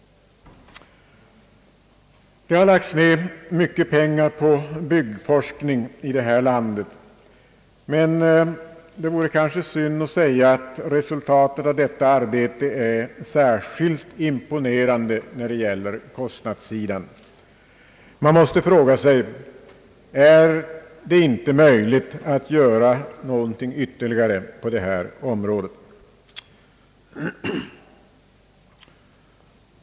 Det har lagts ned mycket pengar på byggforskning i landet, men det vore synd att säga att resultatet av detta arbete är särskilt imponerande när det gäller kostnadssidan. Man måste fråga sig: Är det inte möjligt att göra någonting ytterligare på detta område?